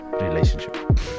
relationship